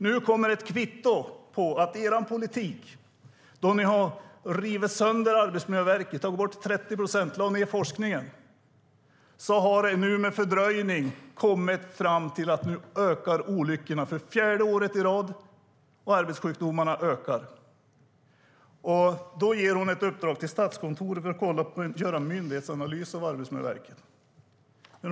Nu kommer ett kvitto på att er politik, där ni har rivit sönder Arbetsmiljöverket, tagit bort 30 procent och lagt ned forskningen, nu har lett fram till att olyckorna ökar för fjärde året i rad, och arbetssjukdomarna ökar. Då ger ministern ett uppdrag till Statskontoret att göra en myndighetsanalys av Arbetsmiljöverket!